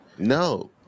No